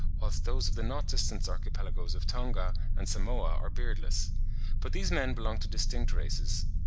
whilst those of the not distant archipelagoes of tonga and samoa are beardless but these men belong to distinct races.